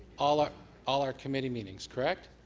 all our all our committee meetings, correct?